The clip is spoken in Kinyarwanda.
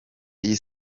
iyi